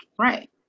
Right